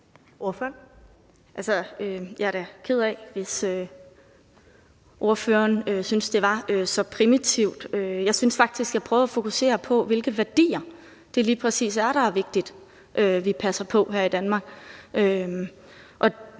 Jeg er da ked af det, hvis ordføreren synes, at det var så primitivt. Jeg synes faktisk, at jeg prøvede at fokusere på, hvilke værdier det lige præcis er vigtigt at vi passer på her i Danmark.